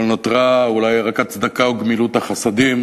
אבל נותרה אולי רק הצדקה וגמילות החסדים,